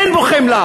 אין בו חמלה.